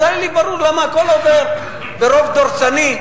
היה לי ברור למה הכול עובר ברוב דורסני,